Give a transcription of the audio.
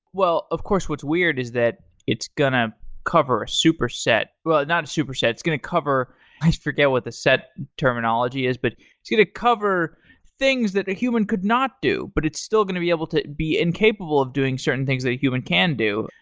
of course, what's weird is that it's going to cover a superset not a superset. it's going to cover i forget what the set terminology is, but it's going to cover things that a human could not do, but it's still going to be able to be incapable of doing certain things that human can do,